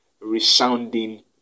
resounding